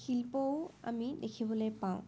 শিল্পও আমি দেখিবলৈ পাওঁ